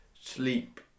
sleep